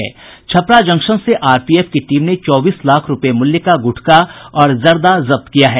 Chhapra junction से RPF की team ने चौबीस लाख रुपये मूल्य का गुटखा और जर्दा जब्त किया है